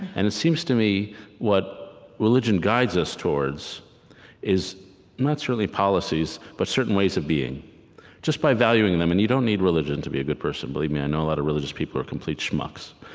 and it seems to me what religion guides us towards is not necessarily policies but certain ways of being just by valuing them. and you don't need religion to be a good person. believe me, i know a lot of religious people who are complete schmucks